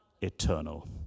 eternal